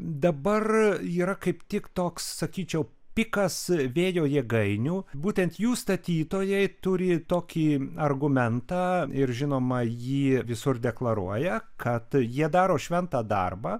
dabar yra kaip tik toks sakyčiau pikas vėjo jėgainių būtent jų statytojai turi tokį argumentą ir žinoma jį visur deklaruoja kad jie daro šventą darbą